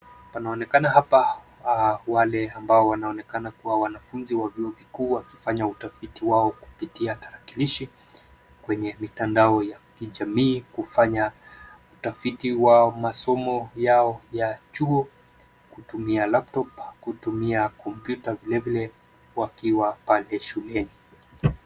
Panaonekena hapa, wale ambao wanaonekana kuwa wanafunzi wa vyuo vikuu wakifanya utafiti wao kupitia tarakilishi kwenye mitandao ya kijamii kufanya utafiti wa masomo yao ya chuo kutumia laptop , kutumia kompyuta vile vile wakiwa pale shuleni.